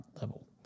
level